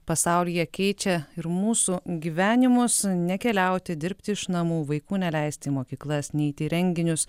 pasaulyje keičia ir mūsų gyvenimus nekeliauti dirbti iš namų vaikų neleisti į mokyklas neiti į renginius